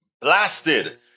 blasted